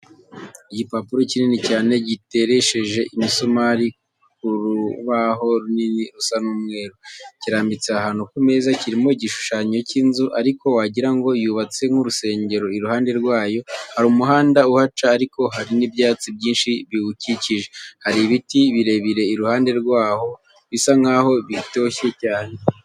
Igipapuro kinini cyane giteresheje imisumari ku rubaho runini rusa nk'umweru, kirambitse ahantu ku meza. Kirimo igishushanyo cy'inzu ariko wagira ngo yubatse nk'urusengero, iruhande rwayo hari umuhanda uhaca ariko hari n'ibyatsi byinshi biwukikije. Hari ibiti birebire iruhande rwaho bisa nkaho bitoshye cyane.